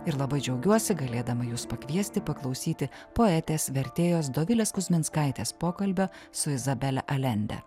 ir labai džiaugiuosi galėdama jus pakviesti paklausyti poetės vertėjos dovilės kuzminskaitės pokalbio su izabele alende